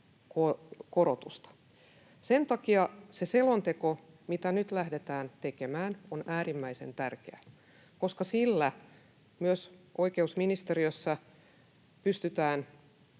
korotusta. Sen takia se selonteko, mitä nyt lähdetään tekemään, on äärimmäisen tärkeä, koska sillä myös oikeusministeriössä pystytään